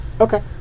Okay